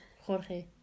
Jorge